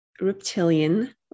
reptilian